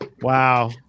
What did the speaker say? Wow